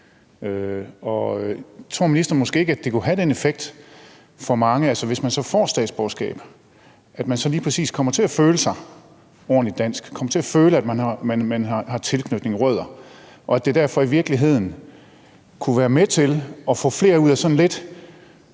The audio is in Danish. land. Tror ministeren måske ikke, at det kunne have den effekt for mange, altså at hvis man så får statsborgerskab, kommer man lige præcis til at føle sig ordentligt dansk, kommer til at føle, at man har tilknytning, rødder, og at det derfor i virkeligheden kunne være med til at få flere ud af sådan en